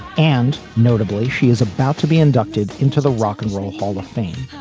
and notably, she is about to be inducted into the rock and roll hall of fame.